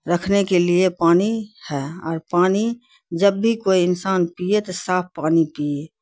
رکھنے کے لیے پانی ہے اور پانی جب بھی کوئی انسان پیے تو صاف پانی پیے